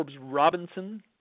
Robinson